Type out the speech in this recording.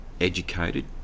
educated